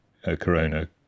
corona